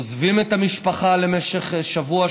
עוזבים את המשפחה למשך שבוע,